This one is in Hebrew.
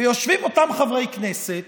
ויושבים אותם חברי כנסת